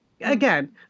again